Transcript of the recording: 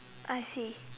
I see